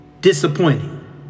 disappointing